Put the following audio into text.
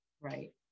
Right